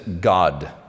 God